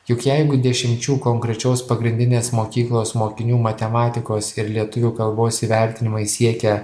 juk jeigu dešimčių konkrečios pagrindinės mokyklos mokinių matematikos ir lietuvių kalbos įvertinimai siekia